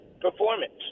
performance